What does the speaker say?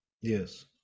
Yes